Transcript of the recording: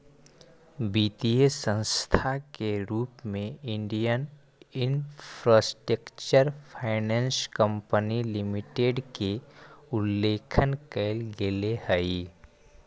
वित्तीय संस्था के रूप में Indian infrastructure finance company limited के उल्लेख कैल गेले हइ